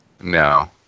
no